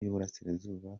y’uburasirazuba